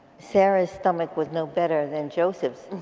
sarah's stomach was no better than joseph's,